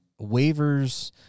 waivers –